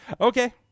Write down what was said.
Okay